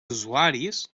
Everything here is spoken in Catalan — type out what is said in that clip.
usuaris